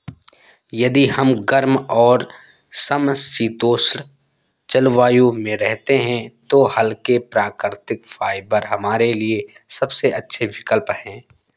यदि हम गर्म और समशीतोष्ण जलवायु में रहते हैं तो हल्के, प्राकृतिक फाइबर हमारे लिए सबसे अच्छे विकल्प हैं